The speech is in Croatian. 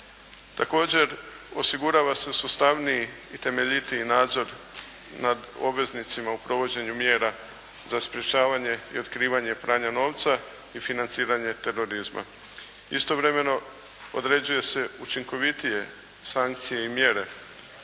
Također osigurava se sustavniji i temeljitiji nadzor nad obveznicima u provođenju mjera za sprečavanje i otkrivanje pranja novca i financiranje terorizma. Istovremeno određuje se učinkovitije sankcije i mjere